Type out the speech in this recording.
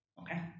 okay